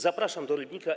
Zapraszam do Rybnika.